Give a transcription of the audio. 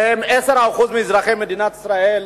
שהם 10% מאזרחי מדינת ישראל,